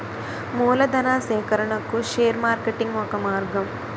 మూలధనా సేకరణకు share marketing ఒక మార్గం